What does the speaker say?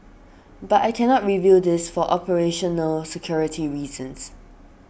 but I cannot reveal this for operational security reasons